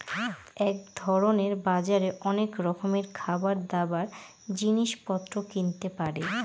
এক ধরনের বাজারে অনেক রকমের খাবার, দাবার, জিনিস পত্র কিনতে পারে